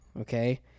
okay